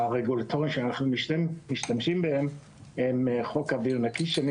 הרגולטורים שאנחנו משתמשים בהם הם חוק אוויר נקי שאני